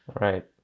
right